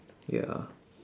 ya